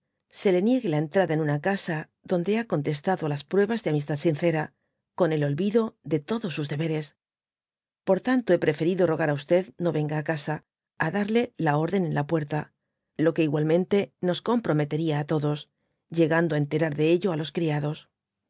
se le niegue la entrada en una casa donde ha contestado á las pruebas de amistad sincera con el olvido de todos sus deberes por tanto h preferido rogar á no yenga á casa á darle la orden en la puerta lo que igualmente nos comprometería á todos y uegando á enterar de ello á los criados